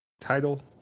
title